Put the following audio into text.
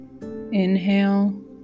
Inhale